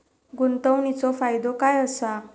गुंतवणीचो फायदो काय असा?